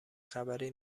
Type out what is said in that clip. خبری